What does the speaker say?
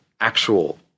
actual